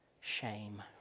shame